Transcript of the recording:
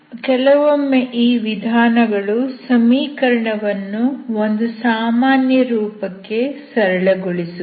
ಕೆಲವೊಮ್ಮೆ ಈ ವಿಧಾನಗಳು ಸಮೀಕರಣವನ್ನು ಒಂದು ಸಾಮಾನ್ಯ ರೂಪಕ್ಕೆ ಸರಳಗೊಳಿಸುತ್ತವೆ